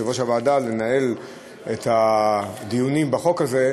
לנהל את הדיונים בחוק הזה.